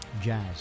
Jazz